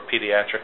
pediatric